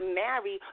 marry